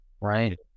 Right